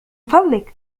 فضلك